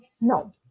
No